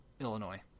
Illinois